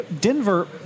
Denver